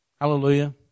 Hallelujah